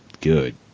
good